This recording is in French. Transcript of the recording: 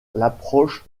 l’approche